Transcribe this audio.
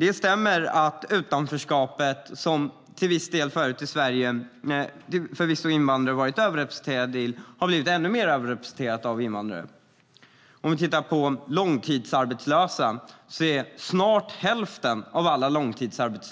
Det stämmer att invandrare, som förvisso till viss del har varit överrepresenterade i utanförskapet, har blivit ännu mer överrepresenterade. Om vi tittar på långtidsarbetslösa ser vi att snart är hälften av alla